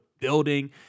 building